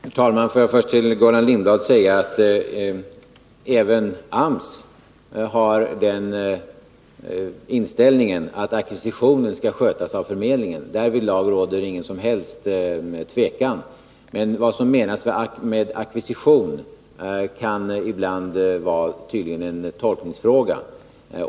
Herr talman! Får jag först säga till Gullan Lindblad att även AMS har den inställningen att ackvisitionen skall skötas av förmedlingen. Därvidlag råder inget som helst tvivel. Men vad som menas med ackvisition kan ibland vara en tolkningsfråga.